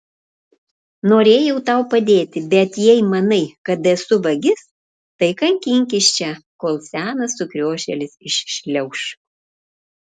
norėjau tau padėti bet jei manai kad esu vagis tai kankinkis čia kol senas sukriošėlis iššliauš